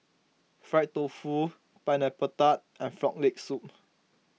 Fried Tofu Pineapple Tart and Frog Leg Soup